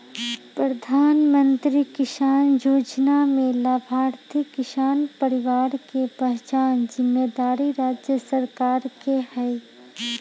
प्रधानमंत्री किसान जोजना में लाभार्थी किसान परिवार के पहिचान जिम्मेदारी राज्य सरकार के हइ